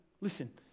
listen